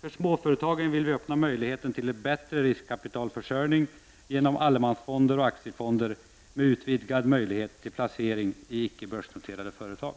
För småföretagen vill vi öppna möjligheten till bättre riskkapitalförsörjning genom allemansfonder och aktiefonder med utvidgad möjlighet till placering i icke börsnoterade företag.